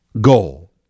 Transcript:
goal